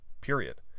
period